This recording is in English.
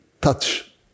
touch